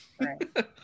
right